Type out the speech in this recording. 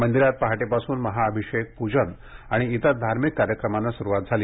मंदिरात काल पहाटेपासून महाअभिषेक पूजन आणि इतर धार्मिक कार्यक्रमाना सुरुवात झाली